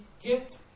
get